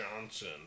Johnson